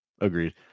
Agreed